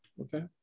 Okay